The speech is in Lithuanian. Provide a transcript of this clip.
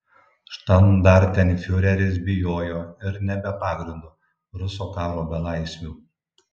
štandartenfiureris bijojo ir ne be pagrindo rusų karo belaisvių